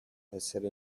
essere